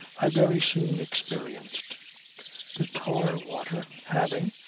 i very soon experienced the tar-water having,